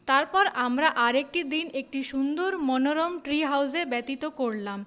তারপর আমরা আর একটি দিন একটি সুন্দর মনোরম ট্রি হাউজে ব্যতীত করলাম